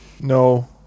no